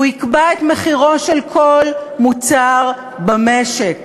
הוא יקבע את מחירו של כל מוצר במשק,